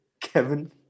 Kevin